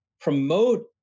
promote